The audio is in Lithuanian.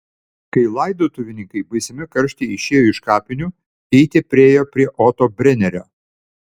kai laidotuvininkai baisiame karštyje išėjo iš kapinių keitė priėjo prie oto brenerio